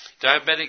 Diabetic